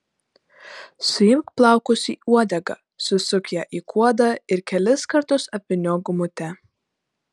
suimk plaukus į uodegą susuk ją į kuodą ir kelis kartus apvyniok gumute